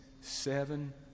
seven